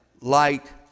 light